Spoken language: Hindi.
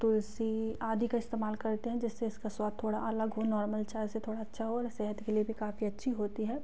तुलसी आदि का इस्तेमाल करते हैं जिससे इसका स्वाद थोड़ा अलग हो नॉर्मल चाय से थोड़ा अच्छा हो और सेहत के लिए भी काफ़ी अच्छी होती है